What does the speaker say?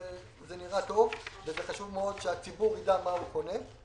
זה נראה טוב וחשוב מאוד שהציבור יידע מה הוא קונה,